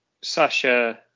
Sasha